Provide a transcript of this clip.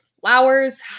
Flowers